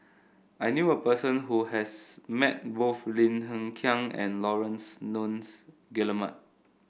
I knew a person who has met both Lim Hng Kiang and Laurence Nunns Guillemard